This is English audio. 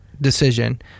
decision